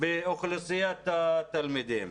באוכלוסיית התלמידים.